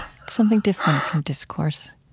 something different from discourse?